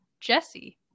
Jesse